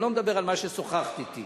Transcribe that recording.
אני לא מדבר על מה ששוחחת אתי.